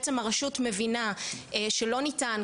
בעצם הרשות מבינה שלא ניתן,